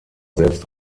selbst